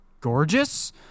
gorgeous